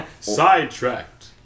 Sidetracked